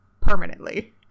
permanently